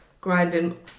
grinding